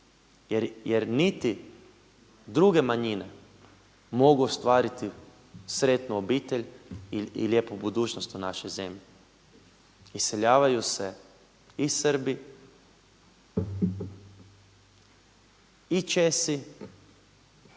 jer niti druge manjine mogu ostvariti sretnu obitelj i lijepu budućnost u našoj zemlji. Iseljavaju se i Srbi i Česi